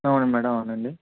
అవును మేడం అవును అండి